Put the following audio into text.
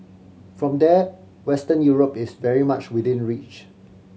from there Western Europe is very much within reach